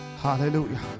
hallelujah